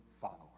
followers